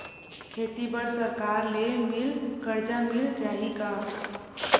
खेती बर सरकार ले मिल कर्जा मिल जाहि का?